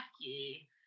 lucky